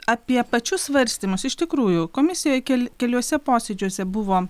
apie pačius svarstymus iš tikrųjų komisijoje kel keliuose posėdžiuose buvo